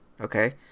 okay